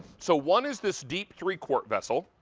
so one is this deep three quart vessel,